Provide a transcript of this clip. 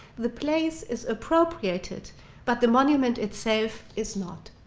the place is appropriated but the monument itself is not.